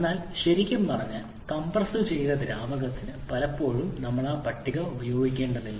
എന്നാൽ ശരിക്കും പറഞ്ഞാൽ കംപ്രസ് ചെയ്ത ദ്രാവകത്തിന് പലപ്പോഴും ഞങ്ങൾ ആ പട്ടിക ഉപയോഗിക്കേണ്ടതില്ല